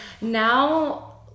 now